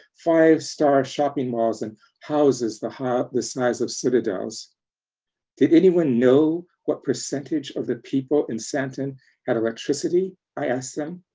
five star shopping malls and houses the the size of citadels did anyone know what percentage of the people in sandton had electricity? i asked them.